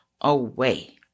away